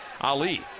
Ali